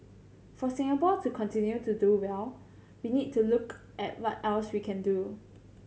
for Singapore to continue to do well we need to look at what else we can do